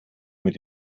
mit